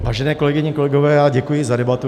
Vážené kolegyně, kolegové, já děkuji za debatu.